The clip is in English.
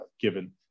given